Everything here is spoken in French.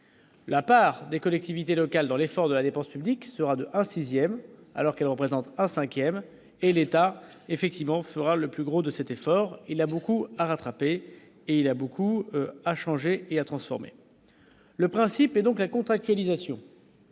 La part des collectivités locales dans l'effort de la dépense publique sera d'un 6ème alors qu'elle représente un 5ème et l'État effectivement fera le plus gros de cet effort, il y a beaucoup à rattraper et il a beaucoup à changer et à transformer. Le principe est donc la contractualisation.